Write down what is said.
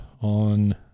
on